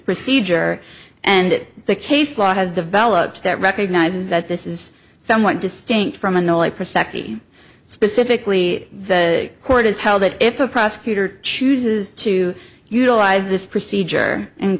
procedure and the case law has developed that recognizes that this is somewhat distinct from annoyed specifically the court has held that if a prosecutor chooses to utilize this procedure and